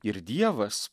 ir dievas